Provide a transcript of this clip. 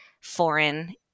foreign